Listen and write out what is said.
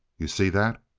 you see that?